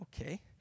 okay